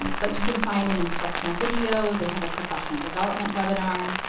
but you can find an instructional video, they have a professional development webinar.